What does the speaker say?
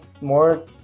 more